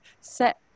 set